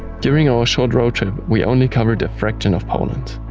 during our short road trip, we only covered a fraction of poland.